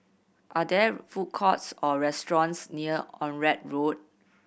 are there food courts or restaurants near Onraet Road